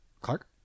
Clark